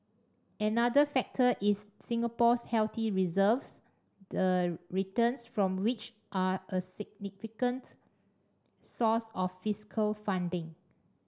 another factor is Singapore's healthy reserves the returns from which are a significant source of fiscal funding